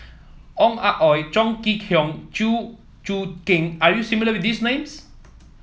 Ong Ah Hoi Chong Kee Hiong Chew Choo Keng are you not familiar with these names